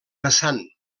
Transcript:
vessant